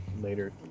later